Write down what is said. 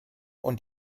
und